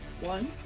one